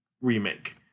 remake